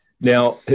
Now